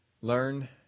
learn